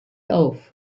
auf